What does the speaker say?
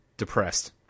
depressed